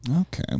Okay